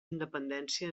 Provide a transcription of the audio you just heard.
independència